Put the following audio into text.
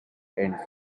ends